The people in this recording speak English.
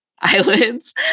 eyelids